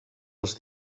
als